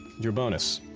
your bonus.